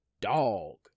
Dog